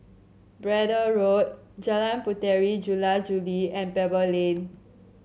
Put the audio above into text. Braddell Road Jalan Puteri Jula Juli and Pebble Lane